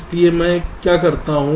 इसलिए मैं क्या करता हूं